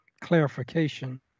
clarification